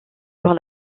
sur